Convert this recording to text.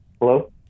Hello